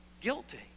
Guilty